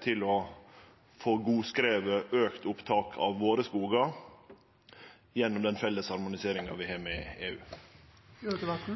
til å få godskrive auka opptak av skogane våre, gjennom den felles harmoniseringa vi har med EU? Lat